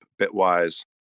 Bitwise